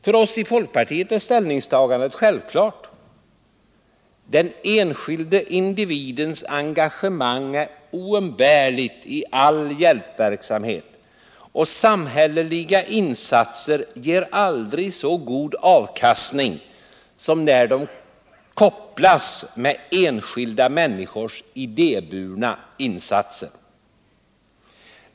För oss i folkpartiet är ställningstagandet självklart: den enskilde individens engagemang är oumbärligt i all hjälpverksamhet, och samhälleliga insatser ger aldrig så god avkastning som när de kopplas med enskilda människors idéburna insatser.